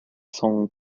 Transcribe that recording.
song